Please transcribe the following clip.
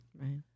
Right